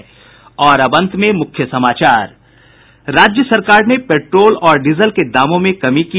और अब अंत में मुख्य समाचार राज्य सरकार ने पेट्रोल और डीजल के दामों में कमी की